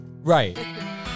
right